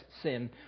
sin